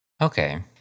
Okay